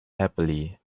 happily